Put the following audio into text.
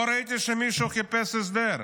לא ראיתי שמישהו חיפש הסדר.